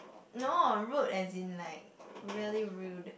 no rude as in like really rude